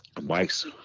Mike's